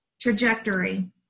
trajectory